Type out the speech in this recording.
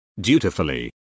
dutifully